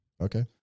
Okay